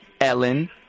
Ellen